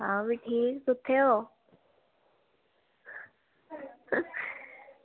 आं ते ठीक कुत्थें ओ